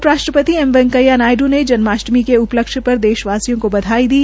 उप राष्ट्रपति एम वैकेंया नायडू ने जन्माष्टमी के उपलक्ष्य पर देशवासियों को बधाई दी